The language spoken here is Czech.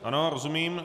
Ano, rozumím.